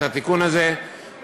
את התיקון הזה,